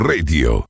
Radio